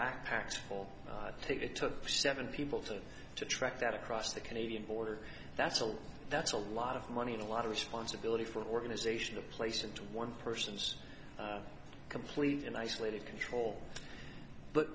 backpacks for take it took seven people to to track that across the canadian border that's a that's a lot of money and a lot of responsibility for organization a place into one person's complete and isolated control but